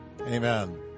Amen